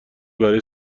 برای